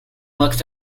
looked